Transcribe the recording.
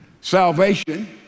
salvation